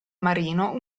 marino